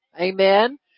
Amen